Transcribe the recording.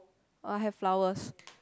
I have flowers